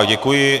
Děkuji.